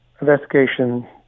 investigation